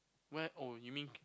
where oh you mean